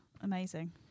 amazing